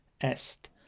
est